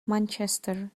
manchester